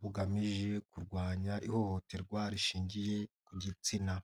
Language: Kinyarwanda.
bugamije kurwanya ihohoterwa rishingiye ku gitsina.